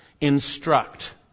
instruct